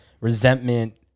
resentment